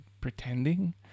pretending